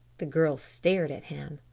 the girl stared at him.